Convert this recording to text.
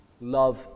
love